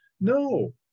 No